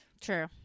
True